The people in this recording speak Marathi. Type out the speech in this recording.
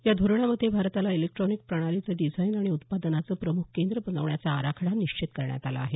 या धोरणामध्ये भारताला इलेक्ट्रॉनिक प्रणालीचे डिजाइन आणि उत्पादनाचं प्रमुख केन्द्र बनवण्याचा आराखडा निश्चित करण्यात आला आहे